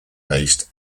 based